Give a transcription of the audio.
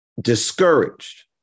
discouraged